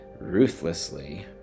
Ruthlessly